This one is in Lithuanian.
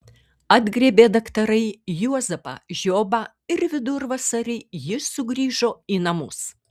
atgriebė daktarai juozapą žiobą ir vidurvasarį jis sugrįžo į namus